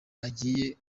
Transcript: agiye